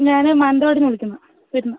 ഞാന് മാനന്തവാടിയില്നിന്നാണു വിളിക്കുന്നത് വരുന്നത്